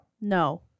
No